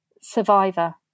survivor